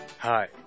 Hi